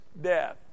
death